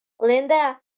Linda